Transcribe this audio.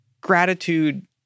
gratitude